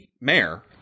mayor